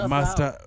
Master